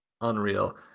unreal